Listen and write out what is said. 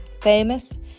famous